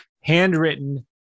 handwritten